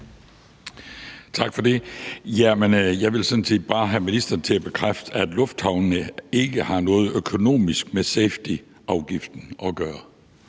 Tak for det. Jeg vil sådan set bare have ministeren til at bekræfte, at lufthavnene ikke har noget økonomisk med safetyafgiften at gøre.